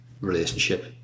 relationship